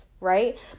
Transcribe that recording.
Right